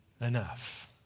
enough